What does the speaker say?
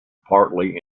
partly